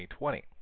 2020